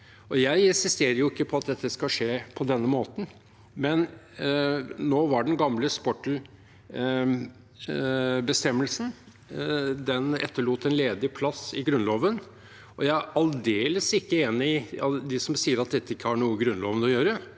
Jeg insisterer ikke på at det skal skje på denne måten, men den gamle sportelbestemmelsen etterlot en ledig plass i Grunnloven, og jeg er aldeles ikke enig med dem som sier at dette ikke har noe i Grunnloven å gjøre,